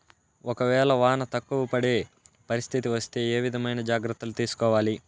ఒక వేళ వాన తక్కువ పడే పరిస్థితి వస్తే ఏ విధమైన జాగ్రత్తలు తీసుకోవాలి?